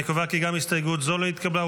אני קובע כי גם הסתייגות זו לא התקבלה,